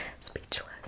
speechless